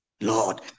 Lord